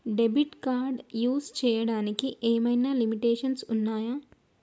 Debit card use చేయడానికి ఏమైనా limitations ఉన్నాయా?